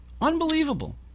unbelievable